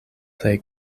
plej